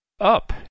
up